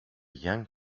young